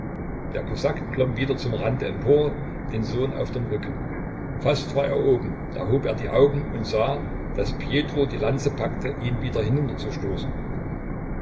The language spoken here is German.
der kosak klomm wieder zum rande empor den sohn auf dem rücken fast war er oben da hob er die augen und sah daß pjetro die lanze packte ihn wieder hinunter